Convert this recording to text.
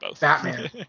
Batman